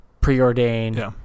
preordained